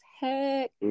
heck